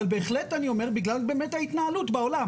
אבל בהחלט אני אומר שזה בגלל באמת ההתנהלות בעולם